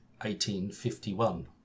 1851